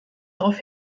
darauf